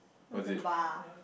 oh is the bar